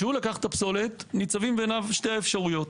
כשהוא לקח את הפסולת ניצבות בעיניו שתי אפשרויות: